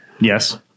Yes